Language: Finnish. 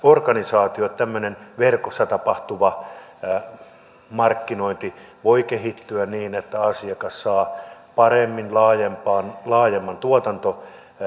tämmöinen verkossa tapahtuva markkinointi voi kehittyä niin että asiakas saa paremmin laajemman tuotantovalikon